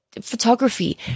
photography